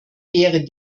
wäre